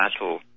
battle